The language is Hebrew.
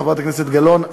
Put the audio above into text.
חברת הכנסת גלאון,